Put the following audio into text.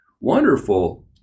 wonderful